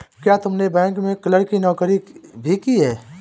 क्या तुमने बैंक में क्लर्क की नौकरी भी की है?